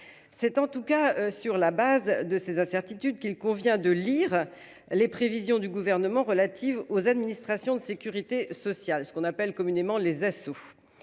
C'est en tout cas sur la base de ces incertitudes qu'il convient de lire les prévisions du gouvernement relative aux administrations de Sécurité sociale, ce qu'on appelle communément les assauts.